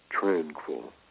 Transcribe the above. tranquil